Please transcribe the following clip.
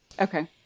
Okay